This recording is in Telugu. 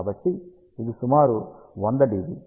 కాబట్టి ఇది సుమారు 100 డిబి